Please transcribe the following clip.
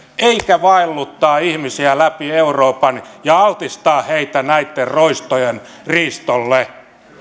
eikä vaelluteta ihmisiä läpi euroopan ja altisteta heitä näitten roistojen riistolle